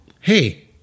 hey